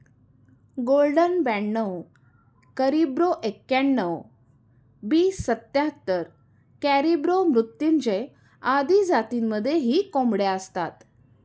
golden ब्याणव Caribro एक्याण्णण, B सत्याहत्तर, कॅरिब्रो मृत्युंजय आदी जातींमध्येही कोंबड्या असतात